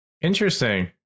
Interesting